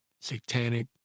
satanic